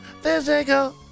physical